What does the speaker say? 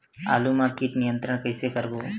आलू मा कीट नियंत्रण कइसे करबो?